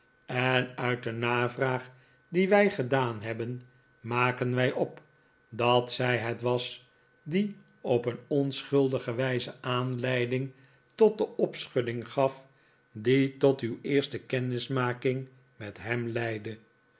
en uit de navraag die wij gedaan hebben maken wij op dat zij het was die op een onschuldige wijze aanleiding tot de opschudding gaf die tot uw eerste kennismaking met hem leidde